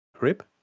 rib